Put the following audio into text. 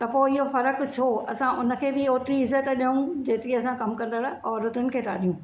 त पोइ इहो फ़र्क़ छो असां उन खे बि ओतिरी इज़त ॾियऊं जेतिरी असां कमु कंदड़ औरतुनि खे था ॾियूं